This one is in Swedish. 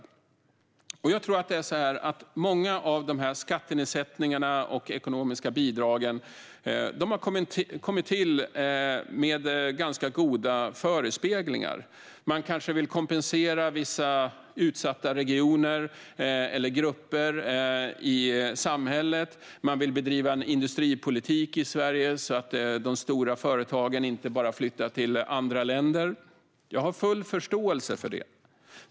Jag tror att många av dessa skattenedsättningar och ekonomiska bidrag har kommit till med goda föresatser. Man kanske vill kompensera vissa utsatta regioner eller grupper i samhället. Man vill bedriva en industripolitik i Sverige som gör att de stora företagen inte bara flyttar till andra länder. Jag har full förståelse för detta.